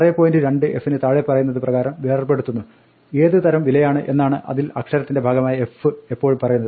2f താഴെ പറയുന്നത് പ്രകാരം വേർപെടുത്തുന്നു ഏത് തരം വിലയാണ് എന്നാണ് അതിൽ അക്ഷരത്തിന്റെ ഭാഗമായ f എപ്പോഴും പറയുന്നത്